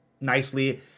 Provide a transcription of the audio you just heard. nicely